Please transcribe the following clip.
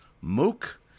Mook